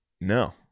No